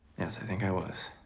yes, i think i was.